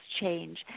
change